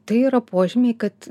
tai yra požymiai kad